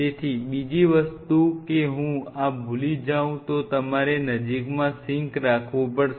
તેથી બીજી વસ્તુ કે હું આ ભૂલી જાઉં તો તમારે નજીકમાં સિંક રાખવું પડશે